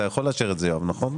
אתה יכול לאשר את זה, יואב, נכון?